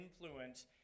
influence